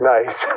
Nice